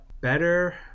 better